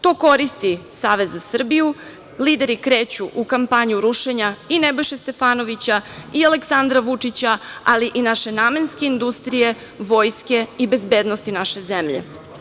To koristi Savez za Srbiju, lideri kreću u kampanju rušenja i Nebojše Stefanovića i Aleksandra Vučića, ali i naše namenske industrije, vojske i bezbednosti naše zemlje.